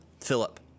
Philip